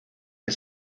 que